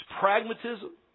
pragmatism